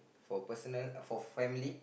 for personal for family